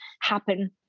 happen